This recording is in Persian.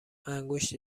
انگشت